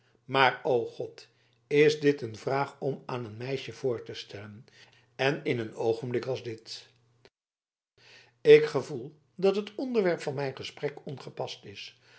maar o god is dit een vraag om aan een meisje voor te stellen en in een oogenblik als dit ik gevoel dat het onderwerp van mijn gesprek ongepast is